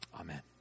Amen